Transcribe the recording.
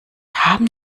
haben